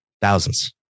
thousands